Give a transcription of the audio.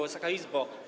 Wysoka Izbo!